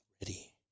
ready